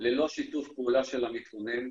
ללא שיתוף פעולה של המתלונן,